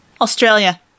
Australia